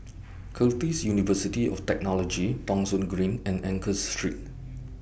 Curtin University of Technology Thong Soon Green and Angus Street